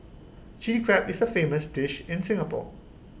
Chilli Crab is A famous dish in Singapore